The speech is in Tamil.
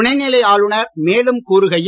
துணைநிலை ஆளுனர் மேலும் கூறுகையில்